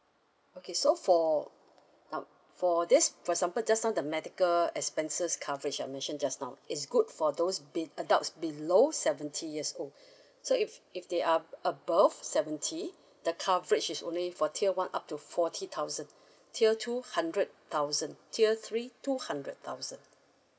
okay so for um for this for example just now the medical expenses coverage I mentioned just now is good for those be adults below seventy years old so if if they are above seventy the coverage is only for tier one up to forty thousand tier two hundred thousand tier three two hundred thousand